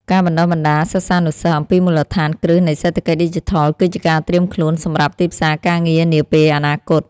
ការបណ្តុះបណ្តាលសិស្សានុសិស្សអំពីមូលដ្ឋានគ្រឹះនៃសេដ្ឋកិច្ចឌីជីថលគឺជាការត្រៀមខ្លួនសម្រាប់ទីផ្សារការងារនាពេលអនាគត។